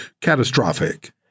catastrophic